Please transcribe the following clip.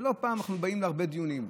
לא פעם, אנחנו באים להרבה דיונים.